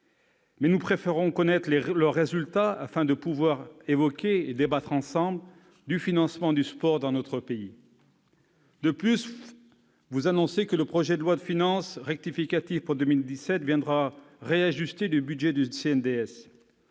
Mais nous préférons connaître leurs résultats, afin de pouvoir évoquer et débattre du financement du sport dans notre pays. De plus, vous annoncez que le projet de loi de finances rectificative pour 2017 viendra réajuster le budget du CNDS